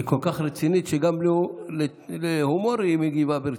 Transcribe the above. היא כל כך רצינית שגם להומור היא מגיבה ברצינות.